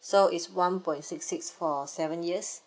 so it's one point six six for seven years